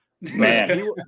Man